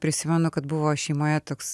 prisimenu kad buvo šeimoje toks